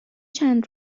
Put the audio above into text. چند